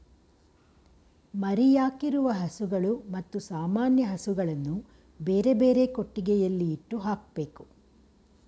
ಮರಿಯಾಕಿರುವ ಹಸುಗಳು ಮತ್ತು ಸಾಮಾನ್ಯ ಹಸುಗಳನ್ನು ಬೇರೆಬೇರೆ ಕೊಟ್ಟಿಗೆಯಲ್ಲಿ ಇಟ್ಟು ಹಾಕ್ಬೇಕು